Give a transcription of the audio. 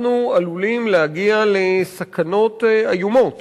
אנחנו עלולים להגיע לסכנות איומות